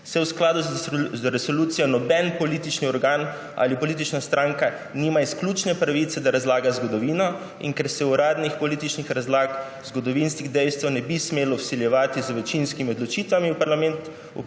»v skladu z resolucijo noben politični organ ali politična stranka nima izključne pravice do razlage zgodovine, in ker se uradnih političnih razlag in zgodovinskih dejstev ne bi smelo vsiljevati z večinskimi odločitvami v parlamentih,